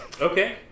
Okay